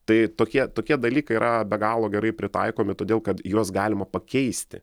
tai tokie tokie dalykai yra be galo gerai pritaikomi todėl kad juos galima pakeisti